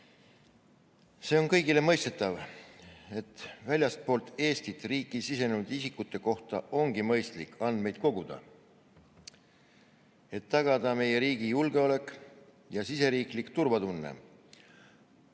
See on kõigile mõistetav, et väljastpoolt Eestit riiki sisenenud isikute kohta ongi mõistlik andmeid koguda, et tagada meie riigi julgeolek ja siseriiklik turvatunne.